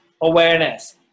awareness